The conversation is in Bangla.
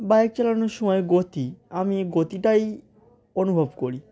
বাইক চালানোর সময় গতি আমি গতিটাই অনুভব করি